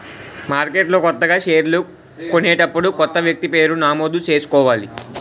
మార్కెట్లో కొత్తగా షేర్లు కొనేటప్పుడు కొత్త వ్యక్తి పేరు నమోదు చేసుకోవాలి